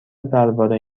درباره